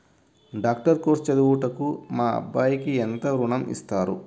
Doctor course చదువుటకు మా అబ్బాయికి ఎంత ఋణం ఇస్తారు?